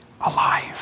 alive